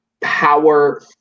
power